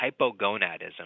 hypogonadism